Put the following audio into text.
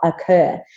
occur